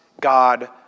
God